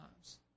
lives